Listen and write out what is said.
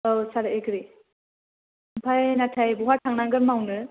औ सार एग्रि ओमफ्राय नाथाय बहा थांनांगोन मावनो